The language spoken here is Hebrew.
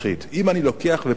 אם אני לוקח ופורס